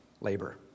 labor